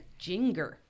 Jinger